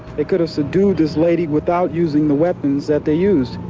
they could have subdued this lady without using the weapons that they used.